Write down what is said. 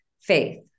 faith